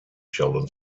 sheldon